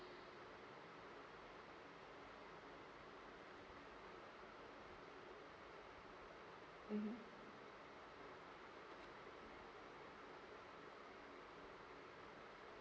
mm